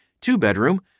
Two-bedroom